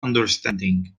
understanding